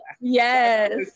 yes